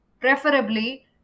preferably